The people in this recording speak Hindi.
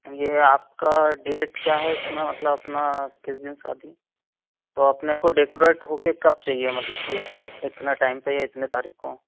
यह आपका डेट क्या है इसमें मतलब अपना किस दिन शादी है तो अपने को डेकोरेट होकर कब चाहिए मतलब कि इतने टाइम पर इतने तारीख को